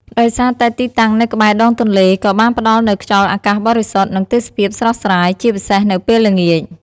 ដោយសារតែទីតាំងនៅក្បែរដងទន្លេ ក៏បានផ្ដល់នូវខ្យល់អាកាសបរិសុទ្ធ និងទេសភាពស្រស់ស្រាយ ជាពិសេសនៅពេលល្ងាច។